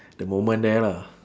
the moment there lah